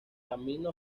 camino